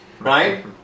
Right